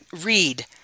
read